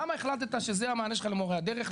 למה החלטת שזה המענה שלך למורי הדרך,